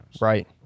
Right